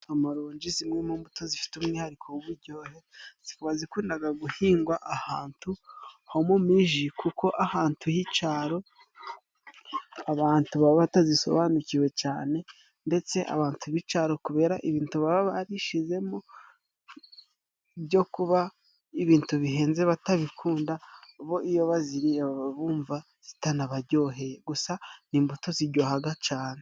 Amaronji zimwe mu mbuto zifite umwihariko w'ubujyohe, zikaba zikundaga guhingwa ahantu ho mu miji kuko ahantu h'icyaro abantu baba batazisobanukiwe cane, ndetse abantu b'icaro kubera ibintu baba barishizemo byo kuba ibintu bihenze batabikunda, bo iyo baziriye baba bumva zitanabajyoheye. Gusa ni imbuto zijyohaga cane.